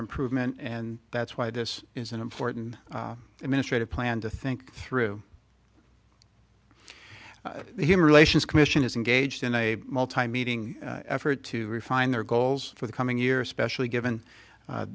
improvement and that's why this is an important administrate a plan to think through human relations commission is engaged in a multimedia effort to refine their goals for the coming year especially given